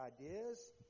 ideas